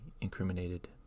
incriminated